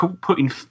putting